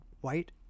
white